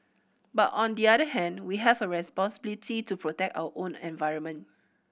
but on the other hand we have a responsibility to protect our own environment